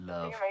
Love